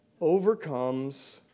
overcomes